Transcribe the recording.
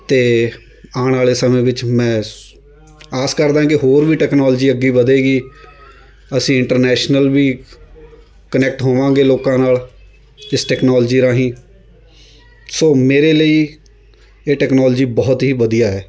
ਅਤੇ ਆਉਣ ਵਾਲ਼ੇ ਸਮੇਂ ਵਿੱਚ ਮੈਂ ਆਸ ਕਰਦਾ ਕਿ ਹੋਰ ਵੀ ਟੈਕਨੋਲਜੀ ਅੱਗੇ ਵੱਧੇਗੀ ਅਸੀਂ ਇੰਟਰਨੈਸ਼ਨਲ ਵੀ ਕਨੈਕਟ ਹੋਵਾਂਗੇ ਲੋਕਾਂ ਨਾਲ਼ ਇਸ ਟੈਕਨੋਲਜੀ ਰਾਹੀਂ ਸੋ ਮੇਰੇ ਲਈ ਇਹ ਟੈਕਨੋਲਜੀ ਬਹੁਤ ਹੀ ਵਧੀਆ ਹੈ